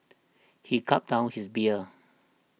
he gulped down his beer